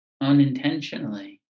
unintentionally